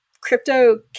crypto